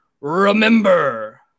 Remember